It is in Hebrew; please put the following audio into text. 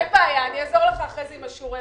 אין בעיה, אעזור לך אחר כך עם שיעורי הבית.